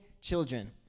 children